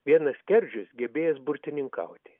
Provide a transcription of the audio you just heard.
vienas skerdžius gebėjęs burtininkauti